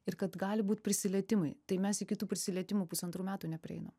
ir kad gali būti prisilietimai tai mes iki tų prisilietimų pusantrų metų neprieinam